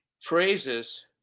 phrases